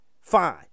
Fine